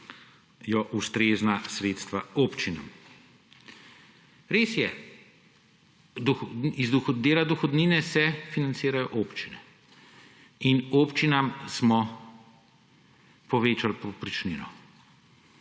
ustrezna sredstva občinam. Res je, iz dela dohodnine se financirajo občine in občinam smo povečali povprečnino